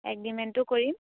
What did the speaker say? এগ্ৰিমেণ্টটো কৰিম